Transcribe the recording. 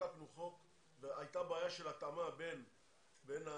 חוקקנו חוק והייתה בעיה של התאמה בין האמנה